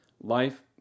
life